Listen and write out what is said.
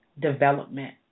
development